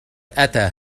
أتى